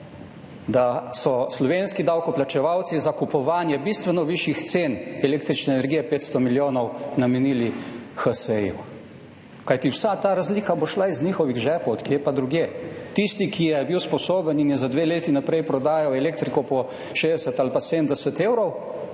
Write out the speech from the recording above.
da so slovenski davkoplačevalci za kupovanje bistveno višjih cen električne energije 500 milijonov namenili HSE. Kajti, vsa ta razlika bo šla iz njihovih žepov, od kje pa drugje. Tisti, ki je bil sposoben in je za dve leti naprej prodajal elektriko po 60 ali pa 70 evrov,